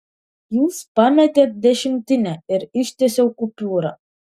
jūs pametėt dešimtinę ir ištiesiau kupiūrą